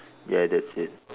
ya that's it